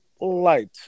light